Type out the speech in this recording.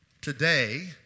today